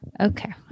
Okay